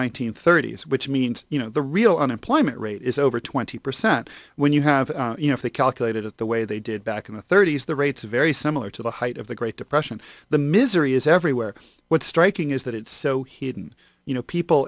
hundred thirty s which means you know the real unemployment rate is over twenty percent when you have you know if they calculated it the way they did back in the thirty's the rates are very similar to the height of the great depression the misery is everywhere what's striking is that it's so hidden you know people